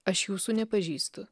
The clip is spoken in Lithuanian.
aš jūsų nepažįstu